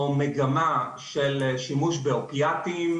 או מגמה של שימוש באופיאטים,